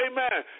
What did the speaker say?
Amen